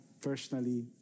personally